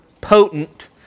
potent